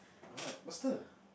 what faster